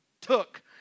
took